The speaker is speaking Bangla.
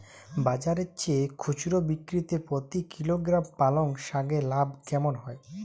বাজারের চেয়ে খুচরো বিক্রিতে প্রতি কিলোগ্রাম পালং শাকে লাভ কেমন হয়?